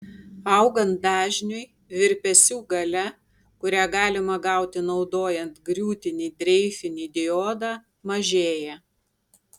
augant dažniui virpesių galia kurią galima gauti naudojant griūtinį dreifinį diodą mažėja